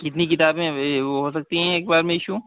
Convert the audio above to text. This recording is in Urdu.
کتنی کتابیں ہیں وہ ہو سکتی ہیں ایک بار میں ایشو